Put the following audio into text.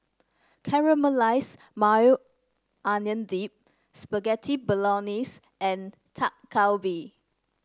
Caramelize Maui Onion Dip Spaghetti Bolognese and Dak Galbi